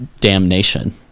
damnation